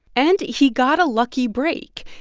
and he got a lucky break.